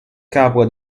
capua